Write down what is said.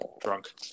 Drunk